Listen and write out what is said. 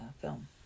film